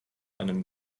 einem